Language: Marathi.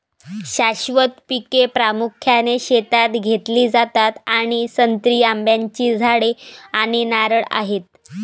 शाश्वत पिके प्रामुख्याने शेतात घेतली जातात आणि संत्री, आंब्याची झाडे आणि नारळ आहेत